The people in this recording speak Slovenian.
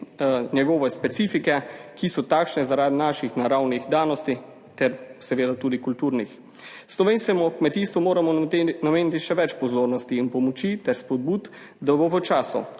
njegove specifike, ki so takšne zaradi naših naravnih danosti ter seveda tudi kulturnih. /nerazumljivo/ ob kmetijstvu moramo nameniti še več pozornosti in pomoči ter spodbud, da bo v času,